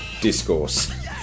discourse